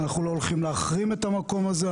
אנחנו לא הולכים להחרים את המקום הזה,